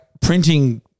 printing –